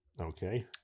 Okay